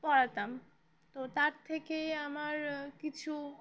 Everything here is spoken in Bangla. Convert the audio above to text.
পড়াতাম তো তার থেকেই আমার কিছু